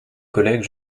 collègues